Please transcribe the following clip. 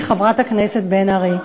פוליטי, חברת הכנסת בן ארי.